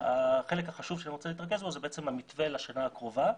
החלק החשוב במצגת שאני רוצה להתרכז בו זה בעצם המתווה לשנה הקרובה.